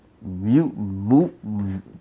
mute